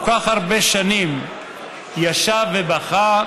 כל כך הרבה שנים ישב ובכה,